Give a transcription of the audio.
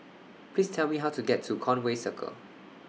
Please Tell Me How to get to Conway Circle